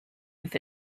with